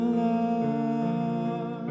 love